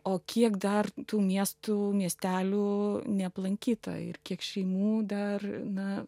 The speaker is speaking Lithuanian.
o kiek dar tų miestų miestelių neaplankyta ir kiek šeimų dar na